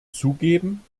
zugeben